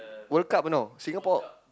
World-Cup you know Singapore